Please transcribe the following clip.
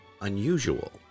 Unusual